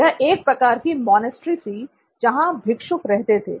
यह एक प्रकार की मॉनेस्ट्री थी जहां भिक्षुक रहते थे